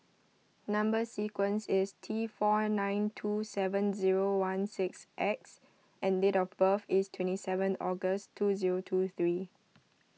Number Sequence is T four nine two seveb zero one six X and date of birth is twenty seventh August two zero two three